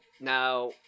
now